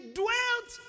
dwelt